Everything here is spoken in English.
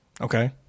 Okay